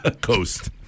coast